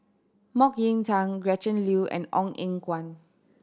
Mok Ying Jang Gretchen Liu and Ong Eng Guan